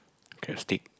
Kristen